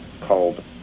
called